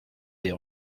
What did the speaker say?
les